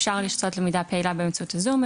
ניתן לעשות למידה פעילה באמצעות הזום,